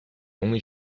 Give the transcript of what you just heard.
only